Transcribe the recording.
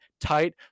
tight